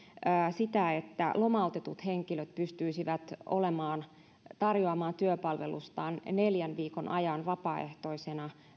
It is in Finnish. sitä että lomautetut henkilöt pystyisivät tarjoamaan työpalvelustaan terveyssektorille neljän viikon ajan vapaaehtoisena